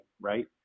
right